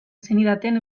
zenidaten